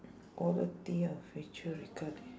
quality or feature regarding